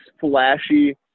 flashy